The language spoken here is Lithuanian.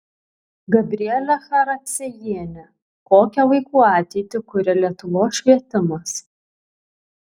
gabrielė characiejienė kokią vaikų ateitį kuria lietuvos švietimas